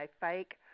fake